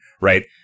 right